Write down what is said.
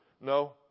No